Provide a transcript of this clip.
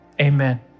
amen